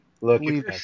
Look